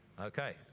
Okay